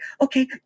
okay